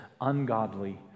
ungodly